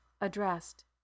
addressed